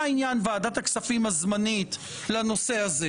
מה עניין ועדת הכספים הזמנית לנושא הזה?